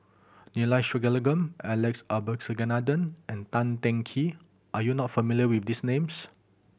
Neila Sathyalingam Alex Abisheganaden and Tan Teng Kee are you not familiar with these names